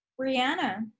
Brianna